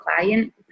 client